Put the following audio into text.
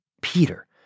Peter